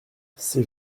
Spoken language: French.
ces